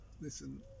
listen